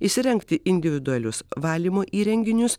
įsirengti individualius valymo įrenginius